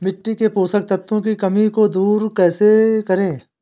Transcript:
मिट्टी के पोषक तत्वों की कमी को कैसे दूर करें?